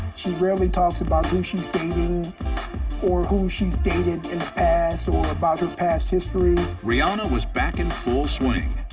she rarely talks about who she's dating or who she's dated in the past or about her past history. narrator rihanna was back in full swing,